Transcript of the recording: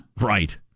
Right